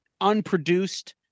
unproduced